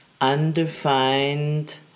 undefined